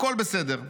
הכול בסדר.